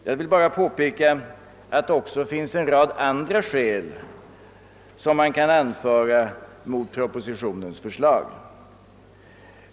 Jag vill bara påpeka att det också finns en rad andra skäl som man kan anföra mot propositionens förslag.